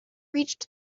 reached